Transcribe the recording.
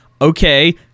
okay